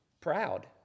proud